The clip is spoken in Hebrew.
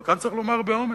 אבל כאן צריך לומר באומץ,